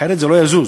אחרת זה לא יזוז.